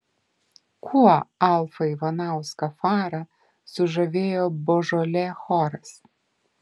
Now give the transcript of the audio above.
kuo alfą ivanauską farą sužavėjo božolė choras